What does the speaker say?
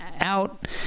out